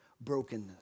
brokenness